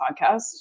podcast